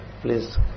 please